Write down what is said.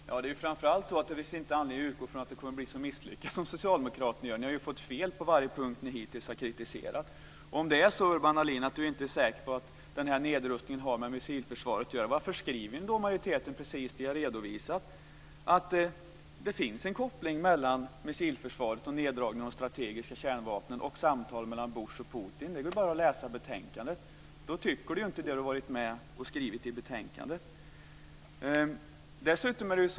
Fru talman! Det finns framför allt ingen anledning att utgå från att det kommer att bli så misslyckat som socialdemokraterna tror. Ni har ju fått fel på varje punkt som ni hittills har kritiserat. Om Urban Ahlin inte är säker på att nedrustningen har med missilförsvaret att göra, varför skriver majoriteten precis det jag har redovisat, att det finns en koppling mellan missilförsvaret och neddragning av de strategiska kärnvapnen och samtal mellan Bush och Putin? Detta går att läsa i betänkandet. Då tycker Urban Ahlin inte så som han har varit med och skrivit i betänkandet.